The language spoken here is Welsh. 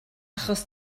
achos